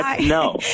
No